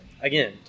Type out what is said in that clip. again